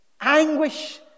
anguish